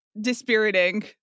dispiriting